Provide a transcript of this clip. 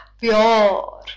pure